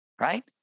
right